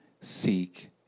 seek